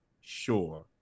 Sure